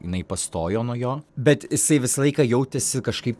jinai pastojo nuo jo bet jisai visą laiką jautėsi kažkaip